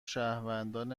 شهروندان